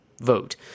vote